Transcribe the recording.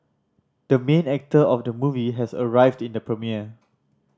the main actor of the movie has arrived in the premiere